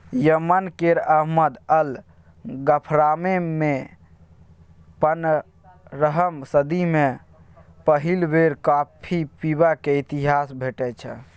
Yemen केर Ahmad al गफ्फारमे पनरहम सदी मे पहिल बेर कॉफी पीबाक इतिहास भेटै छै